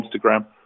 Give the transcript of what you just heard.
Instagram